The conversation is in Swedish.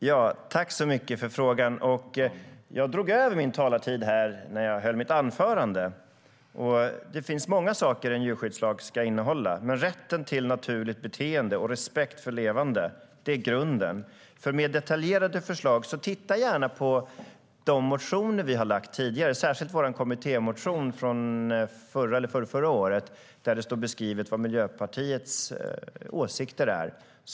Herr talman! Tack för frågan, Åsa Coenraads! För mer detaljerade förslag får Åsa Coenraads gärna titta på de motioner som vi har lagt fram tidigare, särskilt vår kommittémotion från förra eller förrförra året. Där står det beskrivet vad Miljöpartiets åsikter är.